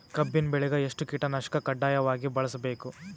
ಕಬ್ಬಿನ್ ಬೆಳಿಗ ಎಷ್ಟ ಕೀಟನಾಶಕ ಕಡ್ಡಾಯವಾಗಿ ಬಳಸಬೇಕು?